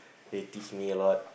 they teach me a lot